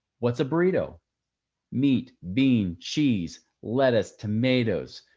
what's a burrito meat, bean, cheese, lettuce, tomatoes,